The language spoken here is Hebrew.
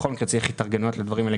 בכל מקרה צריך התארגנות לדברים האלה.